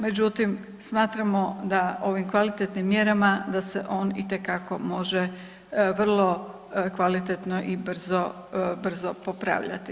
Međutim, smatramo da ovim kvalitetnim mjerama da se on itekako može vrlo kvalitetno i brzo, brzo popravljati.